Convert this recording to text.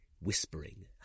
Whispering